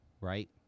right